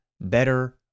better